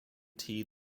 tea